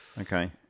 Okay